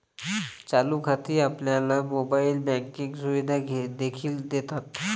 चालू खाती आपल्याला मोबाइल बँकिंग सुविधा देखील देतात